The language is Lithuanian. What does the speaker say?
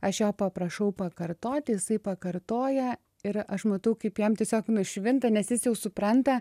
aš jo paprašau pakartoti jisai pakartoja ir aš matau kaip jam tiesiog nušvinta nes jis jau supranta